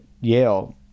Yale